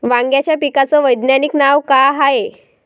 वांग्याच्या पिकाचं वैज्ञानिक नाव का हाये?